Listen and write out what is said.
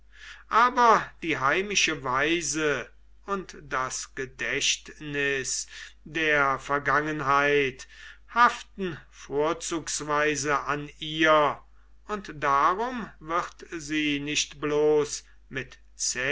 aber die heimische weise und das gedächtnis der vergangenheit haften vorzugsweise an ihr und darum wird sie nicht bloß mit